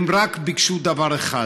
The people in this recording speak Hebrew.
הם רק ביקשו דבר אחד: